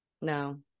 No